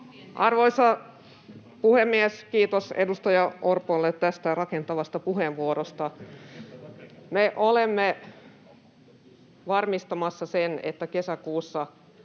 Arvoisa puhemies! Kiitos edustaja Orpolle tästä rakentavasta puheenvuorosta. Me olemme varmistamassa sen, että kesäkuussa